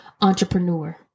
entrepreneur